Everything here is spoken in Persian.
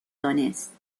دانست